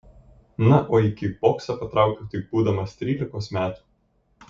na o į kikboksą patraukiau tik būdamas trylikos metų